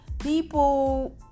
People